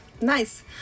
nice